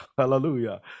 Hallelujah